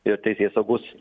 ir teisėsaugos